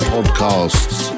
Podcasts